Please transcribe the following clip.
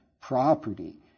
property